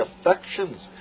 affections